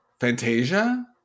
Fantasia